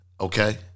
okay